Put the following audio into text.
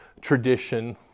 tradition